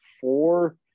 four –